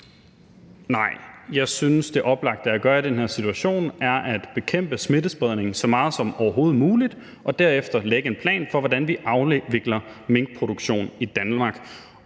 Nej. Jeg synes, det oplagte at gøre i den her situation er at bekæmpe smittespredning så meget som overhovedet muligt og derefter lægge en plan for, hvordan vi afvikler minkproduktion i Danmark.